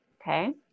Okay